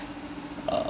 uh